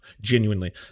Genuinely